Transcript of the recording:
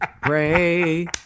Pray